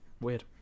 Weird